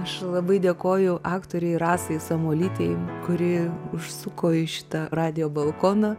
aš labai dėkoju aktorei rasai samuolytei kuri užsuko į šitą radijo balkoną